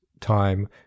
time